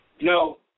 No